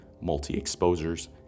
multi-exposures